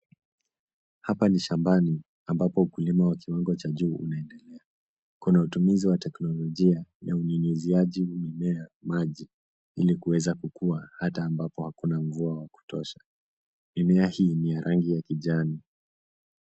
Hapa ni shambani, ambapo ukulima wa kiwango cha juu, kuna utumizi wa teknolojia ya unyunyiziaji mimea maji ili kuweza kukua hata ambapo hakuna mvua wa kutosha. Mimea hii ni ya rangi ya kijani.